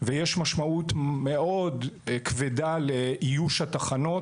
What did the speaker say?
ויש משמעות מאוד כבדה לאיוש התחנות.